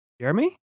Jeremy